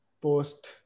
post